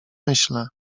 myślę